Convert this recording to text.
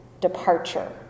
departure